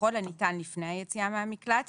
וככל הניתן לפני היציאה מהמקלט,